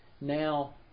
now